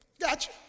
Gotcha